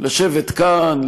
בלשבת כאן,